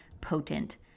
potent